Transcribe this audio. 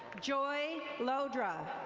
joy lodra.